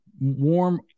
warm